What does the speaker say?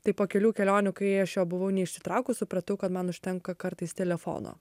tai po kelių kelionių kai aš jo buvau neišsitraukus supratau kad man užtenka kartais telefono